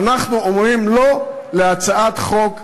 אנחנו אומרים לא להצעת חוק ערכית,